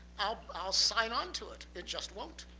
i'll i'll sign onto it. it just won't.